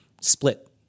split